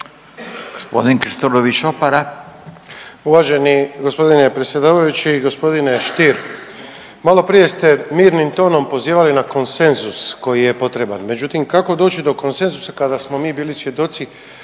Gospodin Krstulović Opara.